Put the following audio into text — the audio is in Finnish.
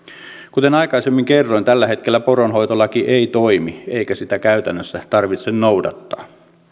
kuten aikaisemmin kerroin tällä hetkellä poronhoitolaki ei toimi eikä sitä käytännössä tarvitse noudattaa